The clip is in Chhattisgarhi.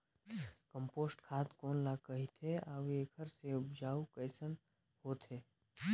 कम्पोस्ट खाद कौन ल कहिथे अउ एखर से उपजाऊ कैसन होत हे?